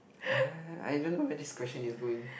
I I don't know where this question is going